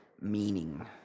meaning